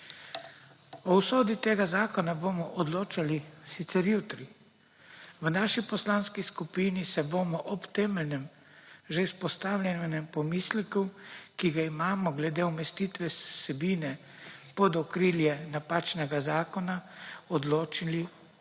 O usodi tega zakona bomo sicer odločali jutri, v naši poslanski skupini se bomo ob temeljnem, že izpostavljenem pomisleku, ki ga imamo glede umestitve vsebine pod okrilje napačnega zakona, odločili po